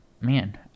man